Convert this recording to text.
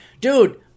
Dude